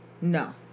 No